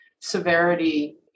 severity